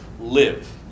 live